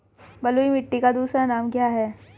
बलुई मिट्टी का दूसरा नाम क्या है?